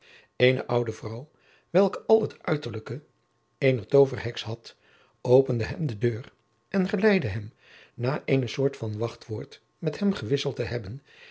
eene oude vrouw welke al het uiterlijke eener toverheks had opende hem de deur en geleidde hem na eene soort van wachtwoord met hem gewisseld te hebben